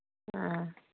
ꯑꯥ